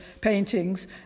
paintings